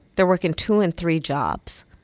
they're working two and three jobs.